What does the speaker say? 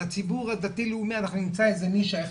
לציבור הדתי לאומי אנחנו נמצא איזו נישה איך